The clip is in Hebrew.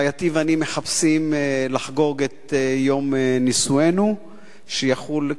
רעייתי ואני מחפשים לחגוג את יום נישואינו שיחול,